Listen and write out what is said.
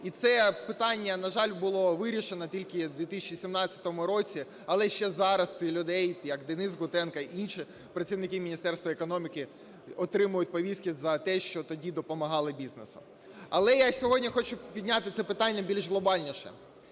І це питання, на жаль, було вирішено тільки в 2017 році, але ще зараз ці люди, як Денис Бутенко і інші працівники Міністерства економіки отримують повістки за те, що тоді допомагали бізнесу. Але я і сьогодні хочу підняти це питання більш глобальніше.